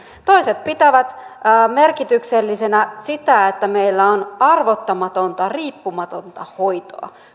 toiset kuten esimerkiksi minä pitävät merkityksellisenä sitä että meillä on arvottamatonta riippumatonta hoitoa